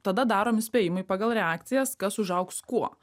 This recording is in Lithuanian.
tada daromi spėjimai pagal reakcijas kas užaugs kuo